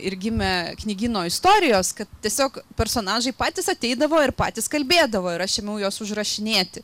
ir gimė knygyno istorijos kad tiesiog personažai patys ateidavo ir patys kalbėdavo ir aš ėmiau juos užrašinėti